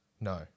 no